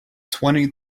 twenty